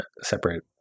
separate